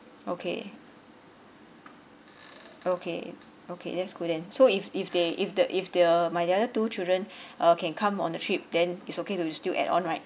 okay okay okay that's good then so if if they if the if the my the other two children uh can come on the trip then it's okay to still add on right